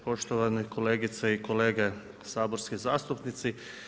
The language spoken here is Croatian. Poštovane kolegice i kolege saborski zastupnici.